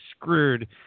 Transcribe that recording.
screwed